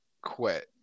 quit